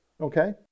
okay